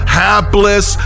hapless